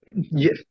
Yes